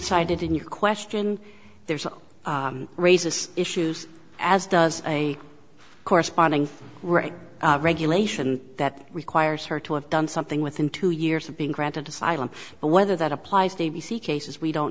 cited in your question there's raises issues as does a corresponding right regulation that requires her to have done something within two years of being granted asylum but whether that applies to b c cases we don't